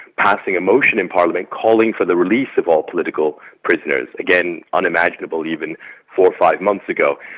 passing a motion in parliament calling for the release of all political prisoners again, unimaginable even four or five months ago.